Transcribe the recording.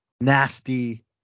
nasty